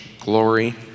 glory